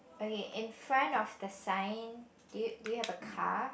okay in front of the sign do you do you have a car